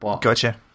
Gotcha